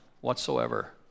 whatsoever